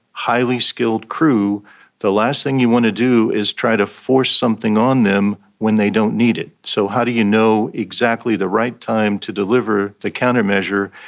highly skilled crew, and the last thing you want to do is try to force something on them when they don't need it. so how do you know exactly the right time to deliver the countermeasure?